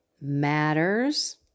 matters